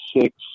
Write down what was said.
six